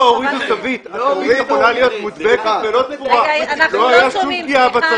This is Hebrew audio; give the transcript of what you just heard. לא הייתה כל פגיעה בצרכן.